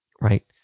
right